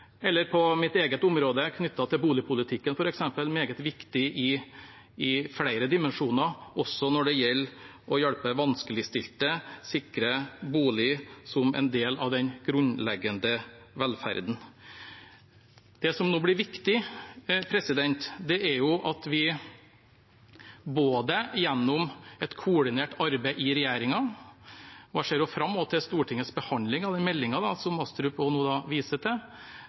på mitt eget område, knyttet til f.eks. boligpolitikken, som er meget viktig i flere dimensjoner, også når det gjelder å hjelpe vanskeligstilte og sikre folk bolig som en del av den grunnleggende velferden. Det som nå blir viktig, er at vi gjennom et koordinert arbeid i regjeringen og departementsfelleskapet og videre gjennom bruk av underliggende etater og det nasjonale forumet som jeg i mitt første innlegg bekreftet skal opprettes og